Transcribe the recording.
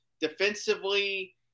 defensively